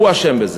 הוא אשם בזה.